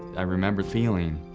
i remember feeling,